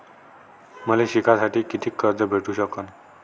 मले शिकासाठी कितीक कर्ज भेटू सकन?